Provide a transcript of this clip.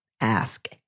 ask